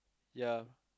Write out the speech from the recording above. ya